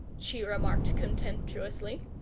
she remarked contemptuously.